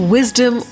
Wisdom